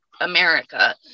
America